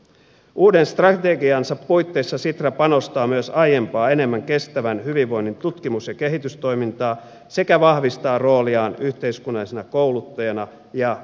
uuden strategiansa puitteissa sitra panostaa myös aiempaa enemmän kestävän hyvinvoinnin tutkimus ja kehitystoimintaan sekä vahvistaa rooliaan yhteiskunnallisena kouluttajana ja verkottajana